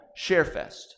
Sharefest